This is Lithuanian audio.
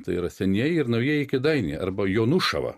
tai yra senieji ir naujieji kėdainiai arba jonušava